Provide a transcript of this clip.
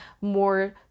More